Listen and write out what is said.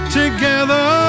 together